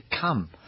come